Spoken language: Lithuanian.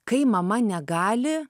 kai mama negali